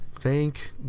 Thank